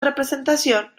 representación